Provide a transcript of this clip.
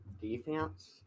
defense